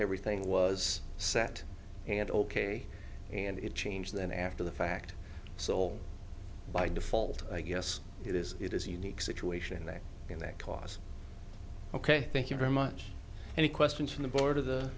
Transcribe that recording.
everything was set and ok and it changed then after the fact so all by default i guess it is it is a unique situation that in that cause ok thank you very much any questions from the board of the